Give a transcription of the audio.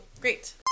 great